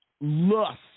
lust